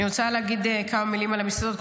אני רוצה להגיד כמה מילים על המסעדות.